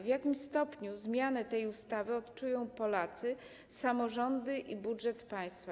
W jakim stopniu zmiany tej ustawy odczują Polacy, samorządy i budżet państwa?